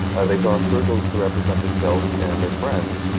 ah they draw circles to represent the self and their friends,